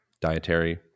dietary